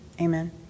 amen